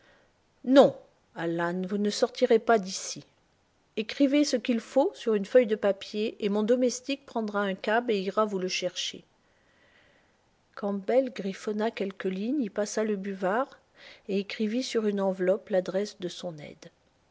non alan vous ne sortirez pas d'ici ecrivez ce qu'il faut sur une feuille de papier et mon domestique prendra un cab et ira vous le chercher campbell griffonna quelques lignes y passa le buvard et écrivit sur une enveloppe l'adresse de son aide